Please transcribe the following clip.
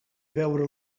veure